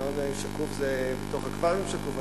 אני לא יודע אם שקוף זה בתוך אקווריום שקוף,